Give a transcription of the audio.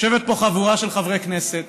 יושבת פה חבורה של חברי כנסת